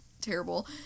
terrible